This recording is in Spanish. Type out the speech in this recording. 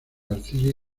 arcilla